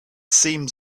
seems